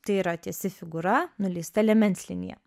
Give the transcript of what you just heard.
tai yra tiesi figūra nuleista liemens linija